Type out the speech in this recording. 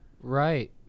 Right